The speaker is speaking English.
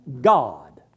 God